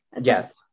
yes